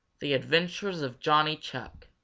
the adventures of johnny chuck.